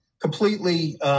completely